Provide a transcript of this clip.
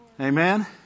Amen